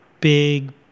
big